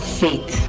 faith